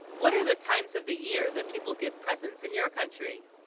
what are the times of the year that people give presents in your country